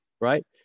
right